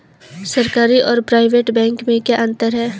सरकारी और private bank में क्या अंतर है?